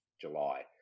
July